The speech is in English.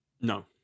No